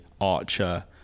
Archer